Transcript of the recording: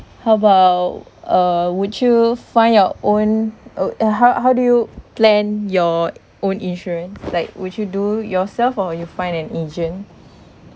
how about uh would you find your own oh how how do you plan your own insurance like would you do yourself or you find an agent